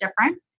different